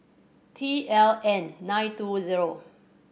T L N nine two zero